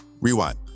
rewind